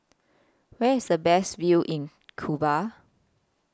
Where IS The Best View in Cuba